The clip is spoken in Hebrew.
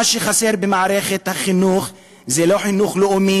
מה שחסר במערכת החינוך זה לא חינוך לאומי